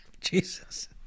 Jesus